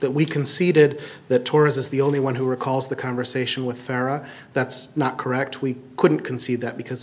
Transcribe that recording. that we conceded that tourists the only one who recalls the conversation with farrah that's not correct we couldn't concede that because